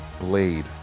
Blade